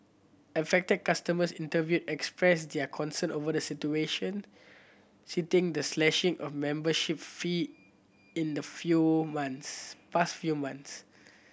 affected customers interviewed expressed their concern over the situation citing the slashing of membership fee in the few months past few months